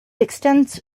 extends